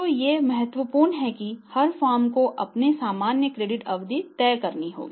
तो ये महत्वपूर्ण हैं और हर फर्म को अपनी सामान्य क्रेडिट अवधि तय करनी होगी